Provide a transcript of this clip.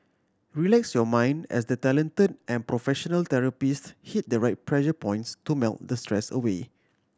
relax your mind as the talented and professional therapists hit the right pressure points to melt the stress away